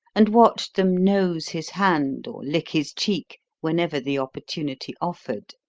and watched them nose his hand or lick his cheek whenever the opportunity offered.